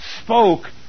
spoke